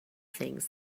things